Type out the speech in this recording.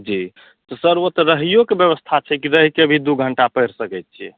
जी sir ओ तऽ रहियोके व्यवस्था छै कि रहिके अभी दू घण्टा पढ़ि सकय छियै